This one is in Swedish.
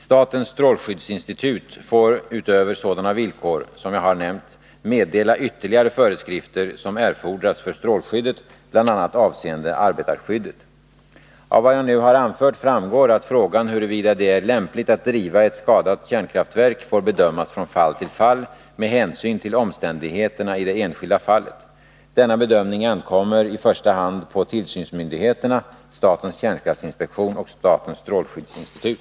Statens strålskyddsinstitut får utöver sådana villkor, som jag har nämnt, meddela ytterligare föreskrifter som erfordras för strålskyddet, bl.a. avseende arbetarskyddet. Av vad jag nu har anfört framgår att frågan huruvida det är lämpligt att driva ett skadat kärnkraftverk får bedömas med hänsyn till omständigheterna i varje enskilt fall. Denna bedömning ankommer i första hand på tillsynsmyndigheterna, statens kärnkraftinspektion och statens strålskyddsinstitut.